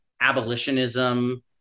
abolitionism